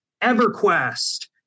EverQuest